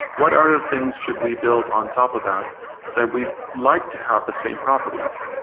what are the things should we build on top of that that we like to have the same properties?